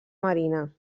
marina